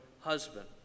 husband